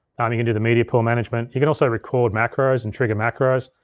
um you can do the media pool management. you can also record macros and trigger macros.